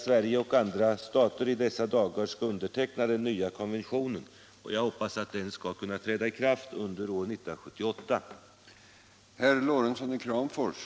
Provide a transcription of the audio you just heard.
Jag hoppas att konventionen skall kunna träda i kraft under år 1978.